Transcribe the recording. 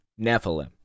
Nephilim